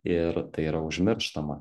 ir tai yra užmirštama